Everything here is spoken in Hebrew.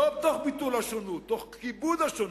לא תוך ביטול השונות, תוך כיבוד השונות,